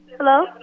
Hello